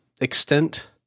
extent